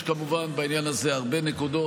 יש, כמובן, בעניין הזה הרבה נקודות.